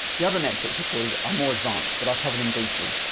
the other metrics recorded are more advanced but i'll cover them briefly.